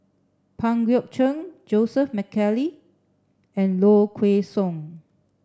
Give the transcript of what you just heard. Pang Guek Cheng Joseph Mcnally and Low Kway Song